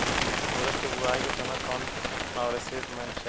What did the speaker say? उरद के बुआई के समय कौन नौरिश्मेंट चाही?